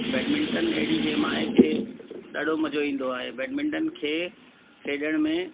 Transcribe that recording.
badminton अहिड़ी game आहे की ॾाढो मज़ो ईंदो आहे बैडमिंटन खे खेॾण में